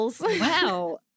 Wow